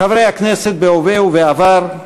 חברי הכנסת בהווה ובעבר,